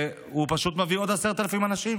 והוא פשוט מביא עוד 10,000 אנשים